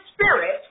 spirit